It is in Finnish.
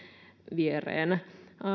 viereen